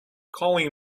calling